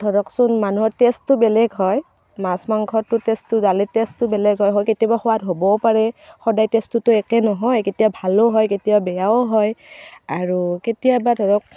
ধৰকচোন মানুহৰ টেষ্টটো বেলেগ হয় মাছ মাংসটোৰ টেষ্টটো দালিৰ টেষ্টটো বেলেগ হয় কেতিয়াবা সোৱাদ হ'বও পাৰে সদায় টেষ্টটোতো একেই নহয় কেতিয়া ভালো হয় কেতিয়া বেয়াও হয় আৰু কেতিয়াবা ধৰক